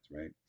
right